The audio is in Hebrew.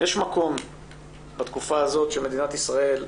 יש מקום בתקופה הזו שמדינת ישראל,